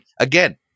again